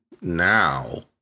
now